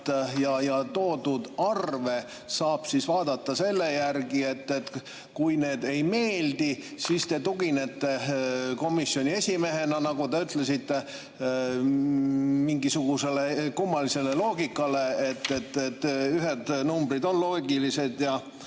ja toodud arve saab vaadata selle järgi, et kui need ei meeldi, siis te tuginete komisjoni esimehena, nagu te ütlesite, mingisugusele kummalisele loogikale, et ühed numbrid on loogilised ja